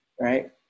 Right